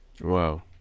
Wow